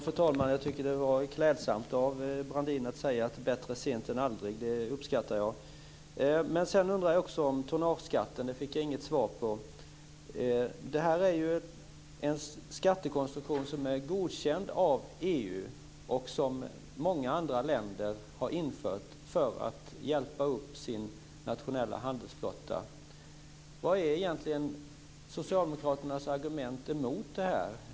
Fru talman! Jag tycker att det var klädsamt av Brandin att säga "bättre sent än aldrig". Det uppskattar jag. Jag undrar också om tonnageskatten - jag fick inget svar på det. Det är en skattekonstruktion som är godkänd av EU och som många andra länder har infört för att hjälpa sina nationella handelsflottor. Vilka är egentligen Socialdemokraternas argument emot detta?